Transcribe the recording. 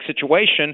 situation